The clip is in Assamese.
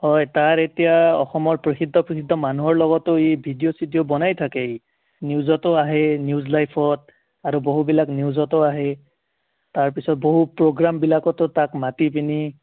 হয় তাৰ এতিয়া অসমৰ প্ৰসিদ্ধ প্ৰসিদ্ধ মানুহৰ লগতো ই ভিডিঅ' চিডিঅ' বনাই থাকে ই নিউজতো আহে নিউজ লাইভত আৰু বহুবিলাক নিউজতো আহে তাৰপিছত বহু প্ৰগ্ৰামবিলাকতো তাক মাতি পিনি